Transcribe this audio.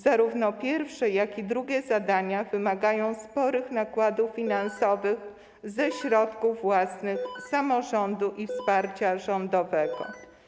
Zarówno pierwsze, jak i drugie zadania wymagają sporych nakładów finansowych ze środków własnych samorządu i wsparcia rządowego.